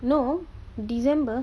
no december